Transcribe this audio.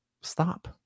stop